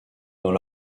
dans